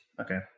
Okay